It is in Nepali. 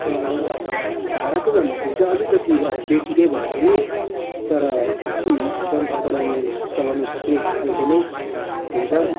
धाराको भन्दाखेरि चाहिँ अलिकति अब बेठिकै भए पनि तर जनसाधारणले चलाउनु सक्ने खालके नै हुन्छ